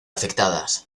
afectadas